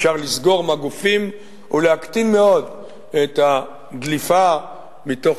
אפשר לסגור מגופים ולהקטין מאוד את הדליפה מתוך